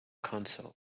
council